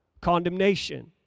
condemnation